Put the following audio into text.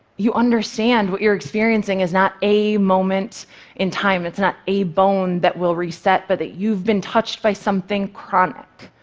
you understand what you're experiencing is not a moment in time, it's not a bone that will reset, but that you've been touched by something chronic.